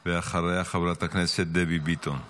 אחריה, חברת הכנסת דבי ביטון.